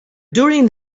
during